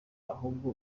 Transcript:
ahubwo